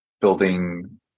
building